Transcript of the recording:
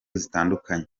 zitandukanye